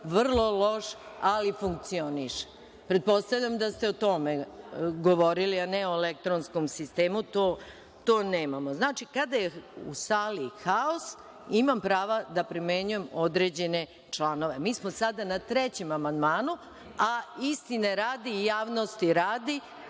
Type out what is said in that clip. vrlo loš, ali funkcioniše. Pretpostavljam da ste o tome govorili, a ne o elektronskom sistemu.(Aleksandra Jerkov, s mesta: Da.)To nemamo. Znači, kada je u sali haos, imam prava da primenjujem određene članove. Mi smo sada na trećem amandmanu, a istine radi i javnosti radi,